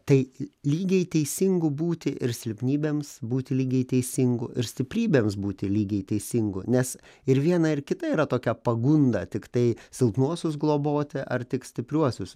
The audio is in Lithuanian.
tai lygiai teisingu būti ir silpnybėms būti lygiai teisingu ir stiprybėms būti lygiai teisingu nes ir viena ir kita yra tokia pagunda tiktai silpnuosius globoti ar tik stipriuosius